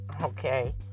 okay